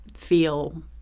feel